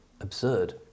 absurd